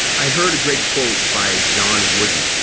i heard a great quote by john wooden.